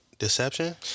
Deception